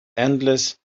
endless